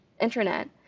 Internet